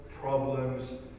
problems